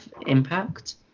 impact